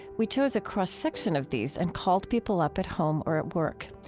we chose a cross section of these and called people up at home or at work.